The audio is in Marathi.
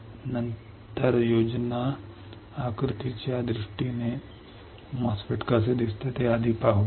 तर प्रथम आपण योजनाबद्ध आकृतीच्या दृष्टीने MOSFET कसे दिसते ते पाहू